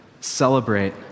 celebrate